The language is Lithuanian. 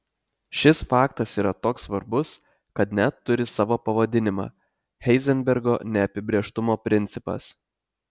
šis faktas yra toks svarbus kad net turi savo pavadinimą heizenbergo neapibrėžtumo principas